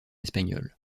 espagnole